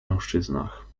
mężczyznach